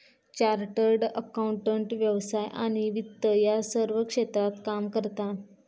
chartered accountant व्यवसाय आणि वित्त या सर्व क्षेत्रात काम करता